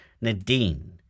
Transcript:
Nadine